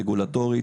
רגולטורית.